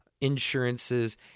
insurances